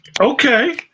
Okay